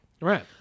Right